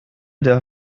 der